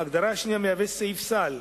ההגדרה השנייה מהווה סעיף סל,